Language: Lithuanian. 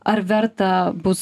ar verta bus